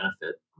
benefit